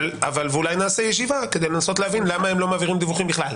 ואולי נעשה ישיבה כדי לנסות להבין למה הם לא מעבירים דיווחים בכלל.